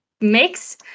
mix